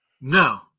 No